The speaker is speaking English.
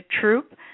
troop